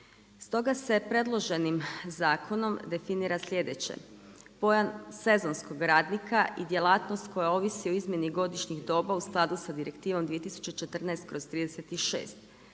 Stoga se predloženim zakonom definira sljedeće. Pojam sezonskog radnika i djelatnost koja ovisi o izmjeni godišnjih doba u skladu sa direktivom 2014./36,